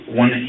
one